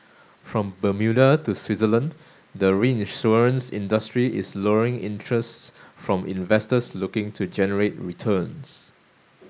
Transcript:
from Bermuda to Switzerland the reinsurance industry is luring interests from investors looking to generate returns